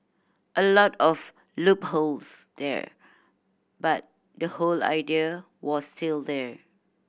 a lot of loopholes there but the whole idea was still there